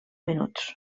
minuts